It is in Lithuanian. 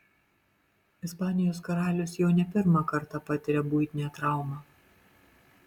ispanijos karalius jau ne pirmą kartą patiria buitinę traumą